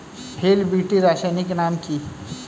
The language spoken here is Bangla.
হিল বিটি রাসায়নিক নাম কি?